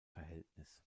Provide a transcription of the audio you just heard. verhältnis